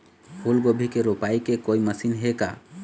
फूलगोभी के रोपाई के कोई मशीन हे का?